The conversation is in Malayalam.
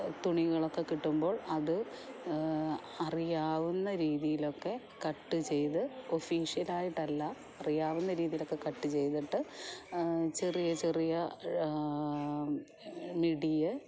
തുണികളൊക്കെ കിട്ടുമ്പോൾ അത് അറിയാവുന്ന രീതിയിലൊക്കെ കട്ട് ചെയ്ത് ഒഫീഷ്യലായിട്ടല്ല അറിയാവുന്ന രീതിയിലൊക്കെ കട്ട് ചെയ്തിട്ട് ചെറിയ ചെറിയ മിഡിയ്